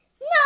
No